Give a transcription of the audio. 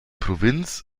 provinz